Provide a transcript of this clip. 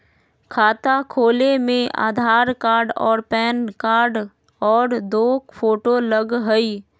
खाता खोले में आधार कार्ड और पेन कार्ड और दो फोटो लगहई?